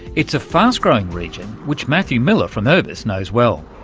it's a fast growing region which matthew miller from urbis knows well.